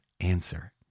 answer